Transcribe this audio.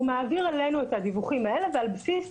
הוא מעביר אלינו את הדיווחים האלה ועל בסיסם